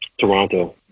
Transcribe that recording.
Toronto